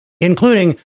including